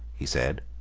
he said.